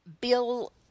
bill